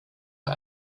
for